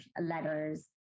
letters